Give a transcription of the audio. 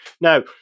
Now